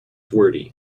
wordy